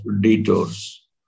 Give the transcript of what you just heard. detours